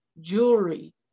jewelry